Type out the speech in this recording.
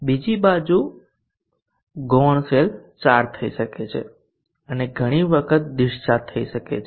બીજી બાજુ ગૌણ સેલ ચાર્જ થઈ શકે છે અને ઘણી વખત ડિસ્ચાર્જ થઈ શકે છે